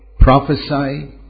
Prophesy